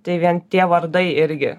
tai vien tie vardai irgi